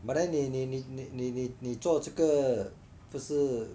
but then 你你你你你你你做这个不是